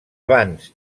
bans